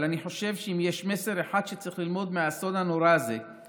אבל אני חושב שאם יש מסר אחד שצריך ללמוד מהאסון הנורא הזה הוא